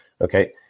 okay